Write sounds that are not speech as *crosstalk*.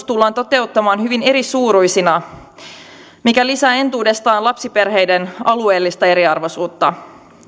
*unintelligible* tullaan toteuttamaan hyvin erisuuruisina mikä lisää entuudestaan lapsiperheiden alueellista eriarvoisuutta